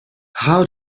how